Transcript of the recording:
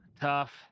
tough